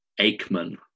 Aikman